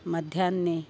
मध्याह्ने